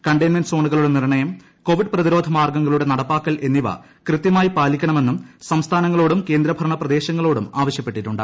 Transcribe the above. containment സോണുകളുടെ നിർണയം Covid പ്രതിരോധ മാർഗ്ഗങ്ങളുടെ നടപ്പാക്കൽ എന്നിവ കൃത്യമായി പാലിക്കണമെന്നും സംസ്ഥാനങ്ങളോടും കേന്ദ്ര ഭരണ പ്രദേശങ്ങളോടും ആവശ്യപ്പെട്ടിട്ടുണ്ട്